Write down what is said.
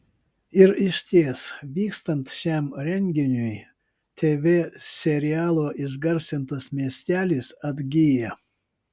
ir išties vykstant šiam renginiui tv serialo išgarsintas miestelis atgyja